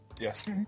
Yes